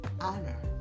honor